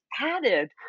added